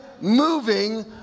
moving